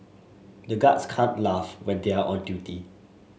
the guards can't laugh when they are on duty